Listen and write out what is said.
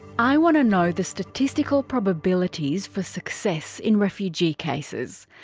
i want to know the statistical probabilities for success in refugee cases.